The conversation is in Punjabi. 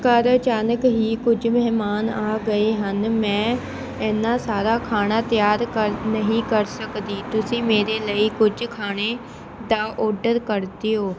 ਘਰ ਅਚਾਨਕ ਹੀ ਕੁਝ ਮਹਿਮਾਨ ਆ ਗਏ ਹਨ ਮੈਂ ਐਨਾ ਸਾਰਾ ਖਾਣਾ ਤਿਆਰ ਕਰ ਨਹੀਂ ਕਰ ਸਕਦੀ ਤੁਸੀਂ ਮੇਰੇ ਲਈ ਕੁਝ ਖਾਣੇ ਦਾ ਔਡਰ ਕਰ ਦਿਉ